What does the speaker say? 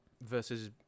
versus